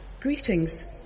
Greetings